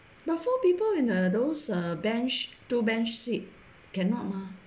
but four people in uh those uh bench two bench seat cannot lah